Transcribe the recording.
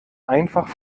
einfach